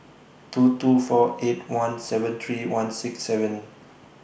two two four eight one seven three one six seven